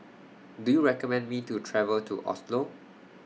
Do YOU recommend Me to travel to Oslo